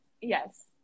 Yes